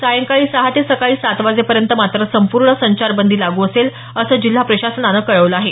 सायंकाळी सहा ते सकाळी सात वाजेपर्यंत मात्र पूर्ण संचारबंदी लागू असेल असं जिल्हा प्रशासनानं कळवलं आहे